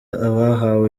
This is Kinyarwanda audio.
abahawe